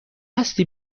هستی